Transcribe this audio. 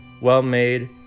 well-made